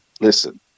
listen